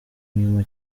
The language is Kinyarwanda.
inyuma